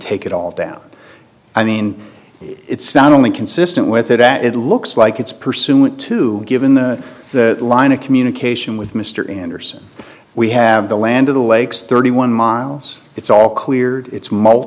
take it all down i mean it's not only insistent with it and it looks like it's pursuant to given the line of communication with mr anderson we have the land of the lakes thirty one miles it's all clear it's mul